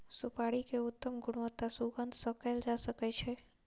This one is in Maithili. सुपाड़ी के उत्तम गुणवत्ता सुगंध सॅ कयल जा सकै छै